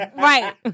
Right